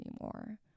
anymore